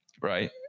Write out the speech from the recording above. Right